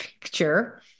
picture